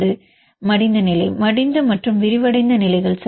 மாணவர் மடிந்த நிலை மடிந்த மற்றும் விரிவடைந்த நிலைகள் சரி